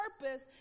purpose